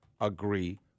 agree